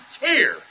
care